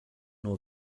nur